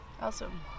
Awesome